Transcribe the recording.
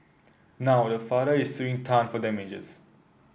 now the father is suing Tan for damages